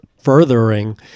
furthering